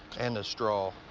and a straw.